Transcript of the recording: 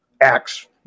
acts